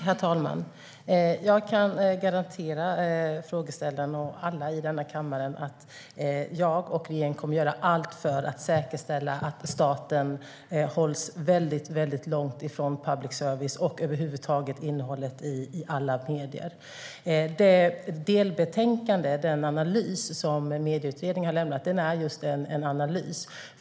Herr talman! Jag kan garantera frågeställaren och alla i denna kammare att jag och regeringen kommer att göra allt för att säkerställa att staten hålls väldigt långt från public service och från innehållet i alla medier. Den analys som Medieutredningen har lämnat i sitt delbetänkande är just en analys.